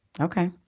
Okay